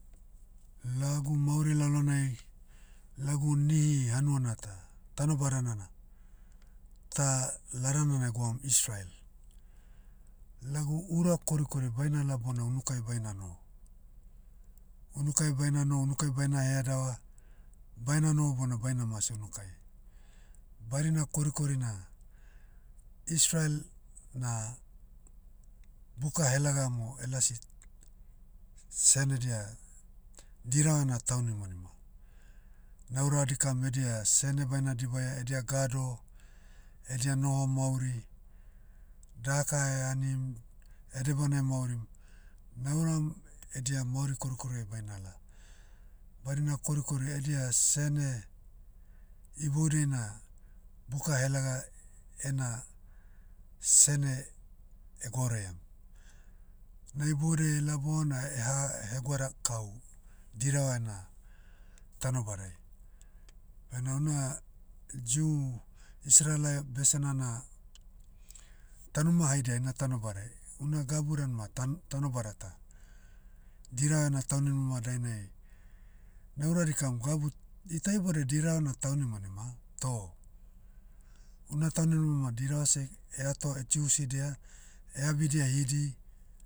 Lagu mauri lalonai, lagu nihi hanuana ta, tanobadana na, tah ladana na egwaum israel. Lagu ura korikori bainala bona unukai baina noho. Unukai baina noho unukai baina headava, baina noho bona baina mase unukai. Badina korikori na, israel na, buka helagamo elasi, senedia, dirava ena taunimanima. Naura dikam edia sene baina dibaia edia gado, edia noho mauri, daka eanim, edebana emaurim, nauram, edia mauri korikori'ai bainala. Badina korikori edia sene, iboudiai na, buka helaga ena, sene, egwauraiam. Na iboudai ela bona eha hegwada kau, diava ena, tanobadai. Bena una, jew, israela besena na, taunima haidia ina tanobadai. Una gabu dan ma tan- tanobada tah. Dirava ena tauninima dainai, na ura dikam gabu- ita iboudai dirava na taunimanima, toh, una taunimanima dirava seh eato, choose'idia, abidia hidi,